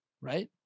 right